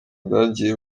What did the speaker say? bwagiye